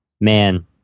man